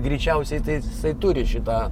greičiausiai tai jisai turi šitą